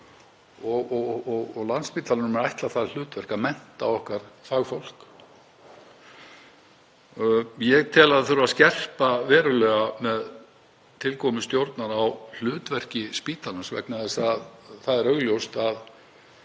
Landspítalanum er ætlað það hlutverk að mennta okkar fagfólk. Ég tel að skerpa þurfi verulega, með tilkomu stjórnar, á hlutverki spítalans vegna þess að það er augljóst að